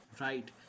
Right